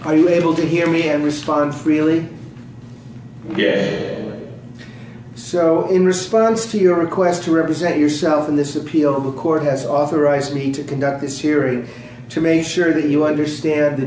are you able to hear me and respond freely so in response to your request to represent yourself in this appeal the court has authorized me to conduct this hearing to make sure that you understand the